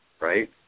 right